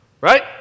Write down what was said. right